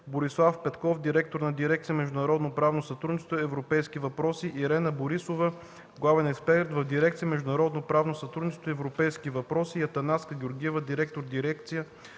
Борислав Петков – директор на дирекция „Международно правно сътрудничество и европейски въпроси”, Ирена Борисова – главен експерт в дирекция „Международно правно сътрудничество и европейски въпроси”, и Атанаска Георгиева – директор дирекция